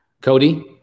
Cody